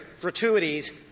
gratuities